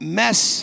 mess